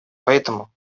поэтому